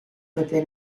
pepe